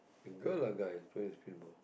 the girl or guy plays pinball